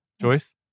Joyce